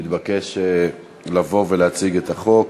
הוא מתבקש לבוא ולהציג את החוק.